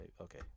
Okay